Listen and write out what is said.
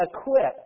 equipped